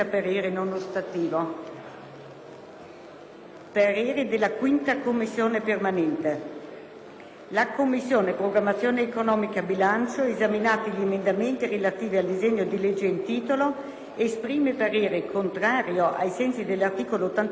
Stato - del maggior gettito IVA». «La Commissione programmazione economica, bilancio, esaminati gli emendamenti relativi ai disegno di legge in titolo, esprime parere contrario, ai sensi dell'articolo 81 della Costituzione sulle proposte